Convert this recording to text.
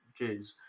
jizz